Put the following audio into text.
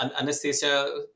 anesthesia